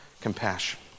compassion